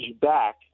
back